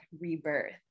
rebirth